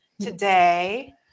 today